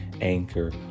Anchor